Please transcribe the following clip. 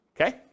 okay